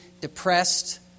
depressed